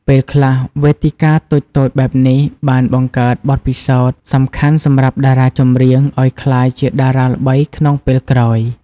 ពេលខ្លះ វេទិកាតូចៗបែបនេះបានបង្កើតបទពិសោធន៍សំខាន់សម្រាប់តារាចម្រៀងឲ្យក្លាយជាតារាល្បីក្នុងពេលក្រោយ។